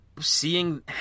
seeing